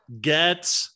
get